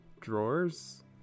drawers